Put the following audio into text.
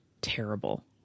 terrible